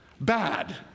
Bad